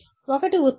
ఒకటి ఉత్పత్తి